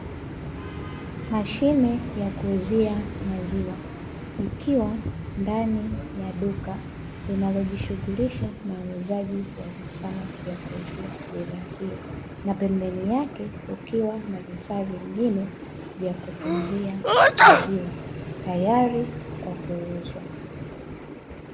Mashine ya kuuzia maziwa ikiwa ndani ya duka linalojishughulisha na uuzaji wa vifaa vya kuuzia bidhaa hiyo, na pembeni yake kukiwa na vifaa vingine vya kutunzia maziwa tayari kwa kuuzwa.